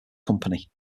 company